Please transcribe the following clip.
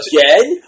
Again